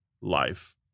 life